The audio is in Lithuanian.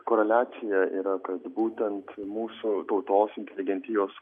koreliacija yra kad būtent mūsų tautos inteligentijos